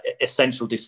essential